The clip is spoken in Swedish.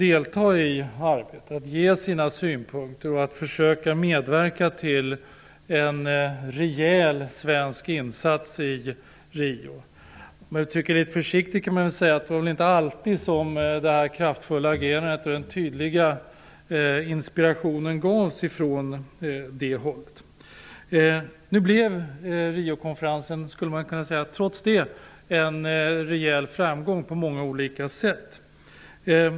De hade kunnat ge sina synpunkter och hade kunnat medverka till en rejäl svensk insats i Rio. Försiktigt uttryckt så var det väl inte alltid som det kraftfulla agerandet och den tydliga inspirationen visade sig från det hållet. Trots detta blev Riokonferensen en rejäl framgång på många olika sätt.